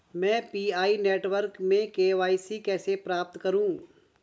मैं PI network में KYC कैसे प्राप्त करूँ?